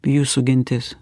jūsų gentis